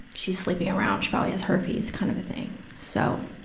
she's sleeping around, she probably has herpes, kind of a thing. so,